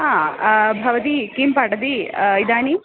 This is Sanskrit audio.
भवती किं पठति इदानीं